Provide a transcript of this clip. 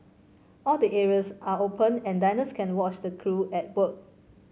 all the areas are open and diners can watch the crew at work